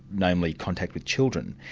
namely, contact with children.